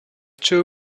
two